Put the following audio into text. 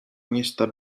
města